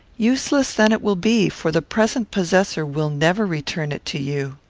useless then it will be, for the present possessor will never return it to you.